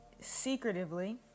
secretively